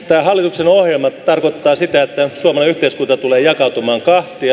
tämä hallituksen ohjelma tarkoittaa sitä että suomalainen yhteiskunta tulee jakautumaan kahtia